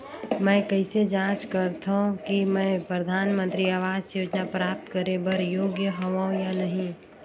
मैं कइसे जांच सकथव कि मैं परधानमंतरी आवास योजना प्राप्त करे बर योग्य हववं या नहीं?